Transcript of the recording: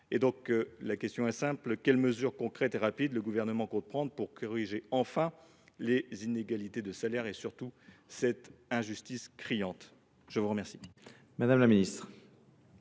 Ma question est donc simple : quelles mesures concrètes et rapides le Gouvernement compte t il prendre pour corriger enfin les inégalités de salaire et, surtout, cette injustice criante ? La parole